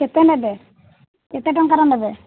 କେତେ ନେବେ କେତେ ଟଙ୍କାର ନେବେ